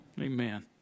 amen